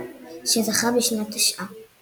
שזכה בשנת תשע"א.